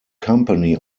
company